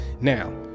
now